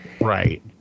Right